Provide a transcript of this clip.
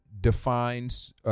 defines